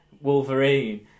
Wolverine